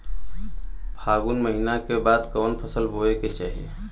फागुन महीना के बाद कवन फसल बोए के चाही?